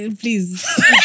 Please